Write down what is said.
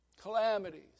calamities